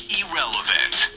irrelevant